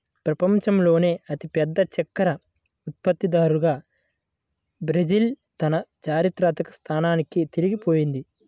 ప్రపంచంలోనే అతిపెద్ద చక్కెర ఉత్పత్తిదారుగా బ్రెజిల్ తన చారిత్రక స్థానాన్ని తిరిగి పొందింది